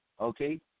okay